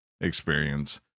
experience